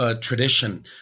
tradition